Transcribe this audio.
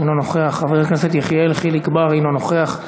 אינו נוכח,